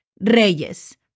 reyes